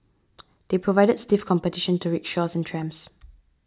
they provided stiff competition to rickshaws and trams